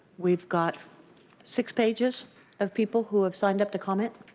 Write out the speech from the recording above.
we have got six pages of people who have signed up to comment.